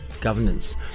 governance